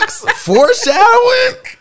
foreshadowing